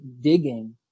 digging